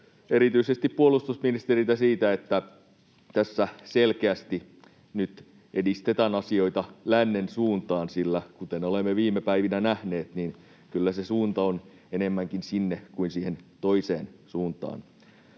erityisesti puolustusministeriä siitä, että tässä selkeästi nyt edistetään asioita lännen suuntaan, sillä kuten olemme viime päivinä nähneet, niin kyllä se suunta on enemmänkin sinne kuin siihen toiseen suuntaan.